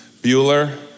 Bueller